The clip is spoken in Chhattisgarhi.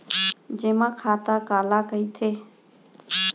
जेमा खाता काला कहिथे?